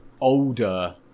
older